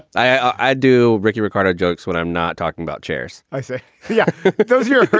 i do. ricky ricardo jokes when i'm not talking about chairs i say yeah those here.